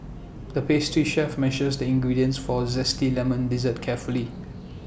the pastry chef measured the ingredients for A Zesty Lemon Dessert carefully